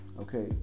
okay